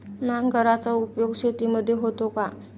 नांगराचा उपयोग शेतीमध्ये होतो का?